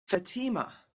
fatima